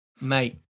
Mate